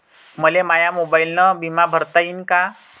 मले माया मोबाईलनं बिमा भरता येईन का?